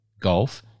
golf